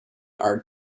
art